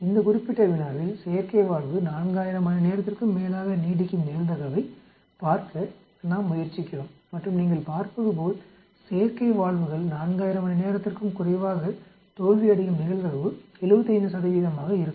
இந்தக் குறிப்பிட்ட வினாவில் செயற்கை வால்வு 4000 மணி நேரத்திற்கும் மேலாக நீடிக்கும் நிகழ்தகவைப் பார்க்க நாம் முயற்சிக்கிறோம் மற்றும் நீங்கள் பார்ப்பதுபோல் செயற்கை வால்வுகள் 4000 மணி நேரத்திற்கும் குறைவாக தோல்வியடையும் நிகழ்தகவு 75 சதவீதமாக இருக்கும்